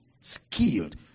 skilled